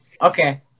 Okay